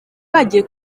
bagiye